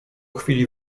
chwili